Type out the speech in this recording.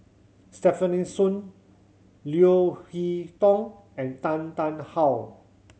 Stefanie Sun Leo Hee Tong and Tan Tarn How